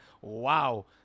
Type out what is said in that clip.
Wow